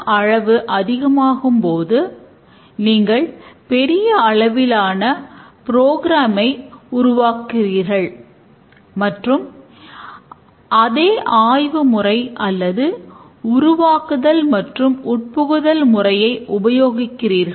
மற்றும் நடைமுறை வடிவமைப்பு உத்திகளுக்காக நாம் கட்டமைக்கப்பட்ட பகுப்பாய்வுகள் மற்றும் கட்டமைக்கப்பட்ட வடிவமைப்பு ஆகியவற்றை உபயோகிக்கிறோம்